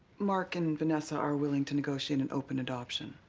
mark and vanessa are willing to negotiate an open adoption.